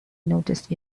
noticed